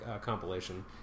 compilation